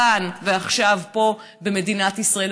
כאן ועכשיו, פה במדינת ישראל.